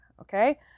okay